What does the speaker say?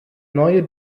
neue